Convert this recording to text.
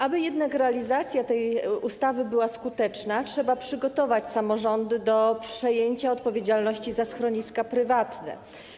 Aby jednak realizacja tej ustawy była skuteczna, trzeba przygotować samorządy do przejęcia odpowiedzialności za schroniska prywatne.